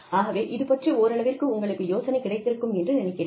ஆகவே இது பற்றி ஓரளவிற்கு உங்களுக்கு யோசனை கிடைத்திருக்கும் என்று நினைக்கிறேன்